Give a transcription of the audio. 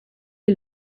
les